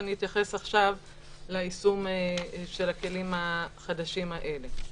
ואני אתייחס עכשיו ליישום של הכלים החדשים האלה.